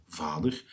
vader